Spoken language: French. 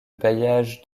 bailliage